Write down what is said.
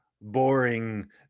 boring